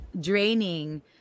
draining